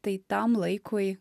tai tam laikui